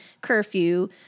curfew